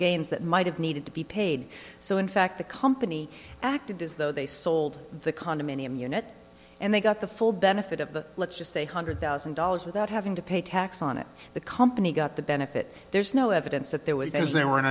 gains that might have needed to be paid so in fact the company acted as though they sold the condominium unit and they got the full benefit of the let's just say hundred thousand dollars without having to pay tax on it the company got the benefit there's no evidence that there was